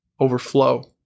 overflow